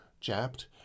jabbed